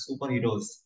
superheroes